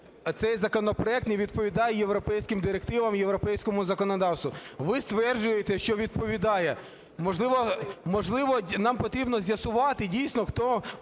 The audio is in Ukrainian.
цей законопроект не відповідає європейським директивам, європейському законодавству. Ви стверджуєте, що відповідає. Можливо, нам потрібно з'ясувати дійсно, хто